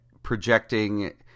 projecting